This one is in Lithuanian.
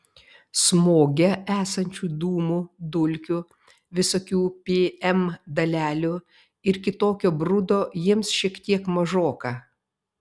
smoge esančių dūmų dulkių visokių pm dalelių ir kitokio brudo jiems šiek tiek mažoka